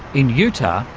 in utah,